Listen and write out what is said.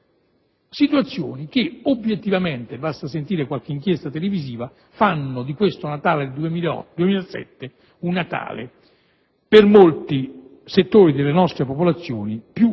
situazioni che obiettivamente - basta sentire qualche inchiesta televisiva - fanno di questo Natale 2007 un Natale per molti settori delle nostre popolazioni più povero